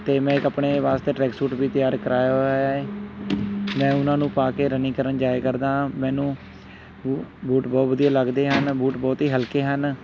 ਅਤੇ ਮੈਂ ਇੱਕ ਆਪਣੇ ਵਾਸਤੇ ਟਰੈਕਸੂਟ ਵੀ ਤਿਆਰ ਕਰਵਾਇਆ ਹੋਇਆ ਹੈ ਮੈਂ ਉਹਨਾਂ ਨੂੰ ਪਾ ਕੇ ਰਨਿੰਗ ਕਰਨ ਜਾਏ ਕਰਦਾ ਹਾਂ ਮੈਨੂੰ ਬੂ ਬੂਟ ਬਹੁਤ ਵਧੀਆ ਲੱਗਦੇ ਹਨ ਬੂਟ ਬਹੁਤ ਹੀ ਹਲਕੇ ਹਨ